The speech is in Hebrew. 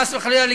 חס וחלילה,